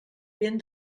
ben